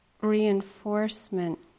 reinforcement